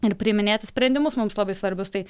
ir priiminėti sprendimus mums labai svarbius tai